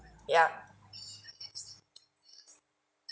ya